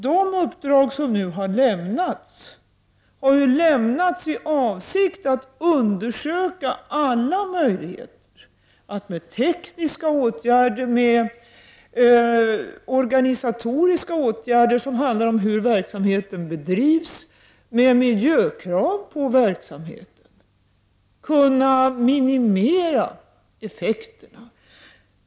De uppdrag som nu har lämnats har lämnats i avsikt att undersöka alla möjligheter att med tekniska åtgärder, med organisatoriska åtgärder som handlar om hur verksamheten bedrivs, med miljökrav på verksamheten, minimera ef fekterna.